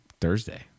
Thursday